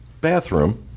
bathroom